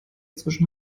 zwischen